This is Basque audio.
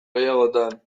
gehiagotan